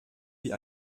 wie